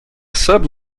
sub